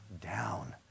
down